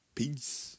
Peace